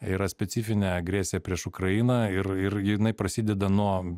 yra specifinė agresija prieš ukrainą ir ir jinai prasideda nuo